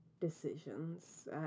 decisions